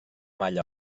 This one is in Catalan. malla